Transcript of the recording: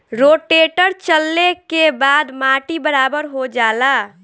rotator चलले के बाद माटी बराबर हो जाला